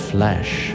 Flesh